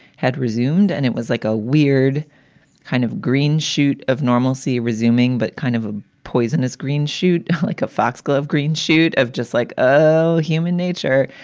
had resumed. and it was like a weird kind of green shoot of normalcy resuming, but kind of a poisonous green shoot like a foxglove green shoot of just like ah human nature.